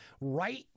right